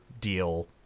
deal